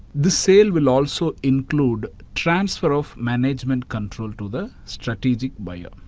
the sale will also include transfer of management control to the strategic buyer.